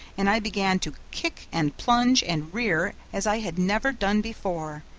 and i began to kick, and plunge, and rear as i had never done before,